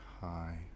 hi